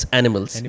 animals